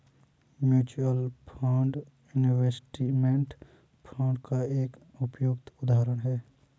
mutual fund investment fund का एक उपयुक्त उदाहरण है